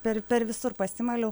per per visur pasimaliau